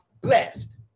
blessed